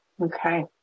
Okay